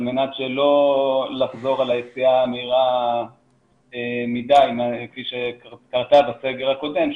על מנת לא לחזור ליציאה מהירה מדיי כפי שקרתה בסגר הקודם,